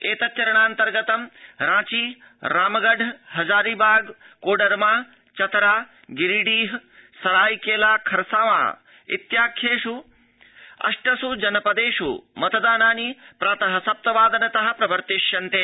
एतच्चरणान्तर्गत रांची रामगढ़ हजारीबाग कोडरमा चतरा गिरीडीह सरायकेला खरसावां इत्याख्येष् अष्टस् जनपदेष् मतदानानि प्रात सप्तवादनत प्रवर्तिष्यन्ते